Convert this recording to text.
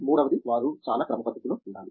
మూడవది వారు చాలా క్రమపద్ధతిలో ఉండాలి